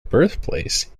birthplace